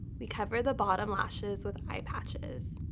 we cover the bottom lashes with eye patches.